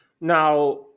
Now